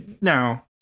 Now